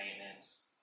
maintenance